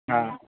હા